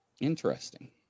Interesting